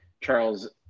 Charles